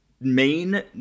main